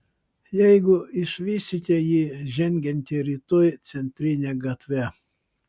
jeigu išvysite jį žengiantį rytoj centrine gatve